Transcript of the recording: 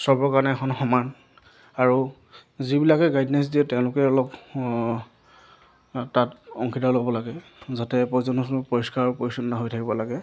চবৰ কাৰণে এখন সমান আৰু যিবিলাকে গাইডেঞ্চ দিয়ে তেওঁলোকে অলপ তাত অংশীদাৰ ল'ব লাগে যাতে পৰ্যটনস্থলী পৰিষ্কাৰ পৰিচ্ছন্ন হৈ থাকিব লাগে